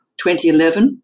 2011